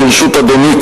ברשות אדוני,